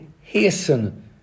hasten